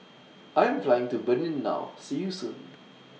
I Am Flying to Benin now See YOU Soon